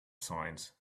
science